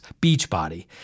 Beachbody